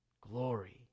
glory